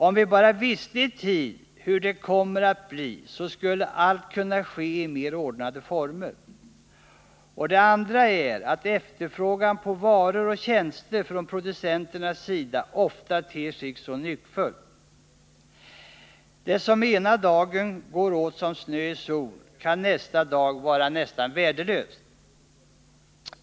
Om vi bara visste i tid hur det kommer att bli så skulle allt kunna ske i mer ordnade former. Och det andra är att efterfrågan på varor och tjänster från producenternas sida ofta ter sig så nyckfull. Det som ena dagen går åt som snö i sol, kan nästa dag vara nästan värdelöst.